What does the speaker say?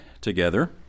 together